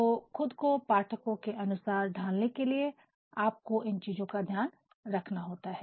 तो खुद को पाठकों के अनुसार ढालने के लिए आपको इन चीजों का ध्यान रखना होता है